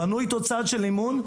בנו איתו צעד של אמון.